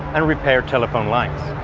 and repair telephone lines.